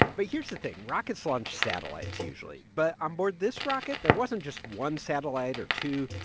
but here's the thing. rockets launch satellites, usually. but on board this rocket, there wasn't just one satellite or two.